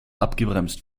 abgebremst